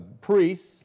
priests